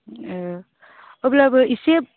अ अब्लाबो इसे